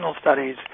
studies